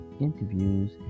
interviews